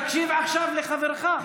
בבקשה תקשיב עכשיו לחברך.